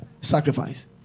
Sacrifice